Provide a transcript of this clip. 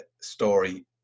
story